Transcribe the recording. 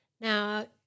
Now